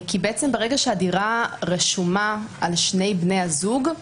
ברגע שהדירה רשומה על שני בני הזוג,